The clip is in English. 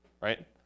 right